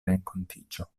renkontiĝo